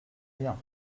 rien